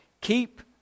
Keep